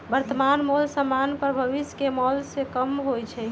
वर्तमान मोल समान्य पर भविष्य के मोल से कम होइ छइ